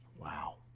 Wow